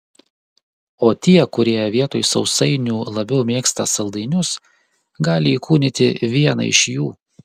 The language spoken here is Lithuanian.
o tie kurie vietoj sausainių labiau mėgsta saldainius gali įkūnyti vieną iš jų